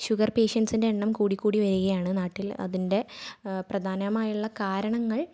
sugar പേഷ്യന്റ്സിന്റെ എണ്ണം കൂടിക്കൂടി വരികയാണ് നാട്ടിൽ അതിൻ്റെ പ്രധാനമായുള്ള കാരണങ്ങൾ